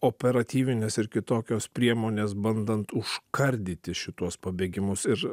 operatyvinės ir kitokios priemonės bandant užkardyti šituos pabėgimus ir